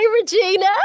Regina